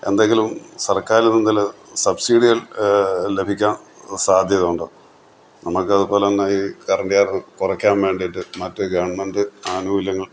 എന്തെങ്കിലും സർക്കാരിൽ നിന്നല്ല സബ്സിഡികൾ ലഭിക്കാൻ സാധ്യതയുണ്ടോ നമുക്ക് അതുപോലെതന്നെ ഈ കറണ്ട് ചാർജ് കുറയ്ക്കാൻ വേണ്ടിയിട്ട് മറ്റ് ഗവൺമെൻ്റ് ആനുകൂല്യങ്ങൾ